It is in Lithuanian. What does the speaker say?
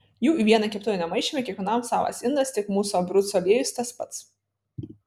jų į vieną keptuvę nemaišėme kiekvienam savas indas tik mūsų abrucų aliejus tas pats